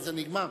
בזה נגמר.